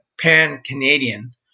pan-Canadian